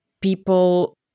people